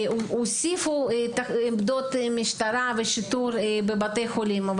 הוסיפו עמדות משטרה ושיטור בבתי חולים,